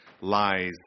lies